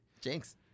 Jinx